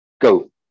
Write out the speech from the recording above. go